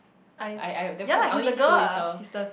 I I then cause I only see so little